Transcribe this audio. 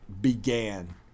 began